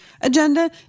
agenda